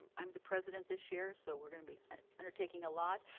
i'm the president this year so we're gonna be undertaking a lot.